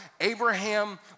Abraham